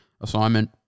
assignment